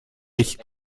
ich